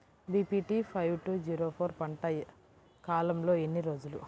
BPT five two zero four పంట కాలంలో ఎన్ని రోజులు?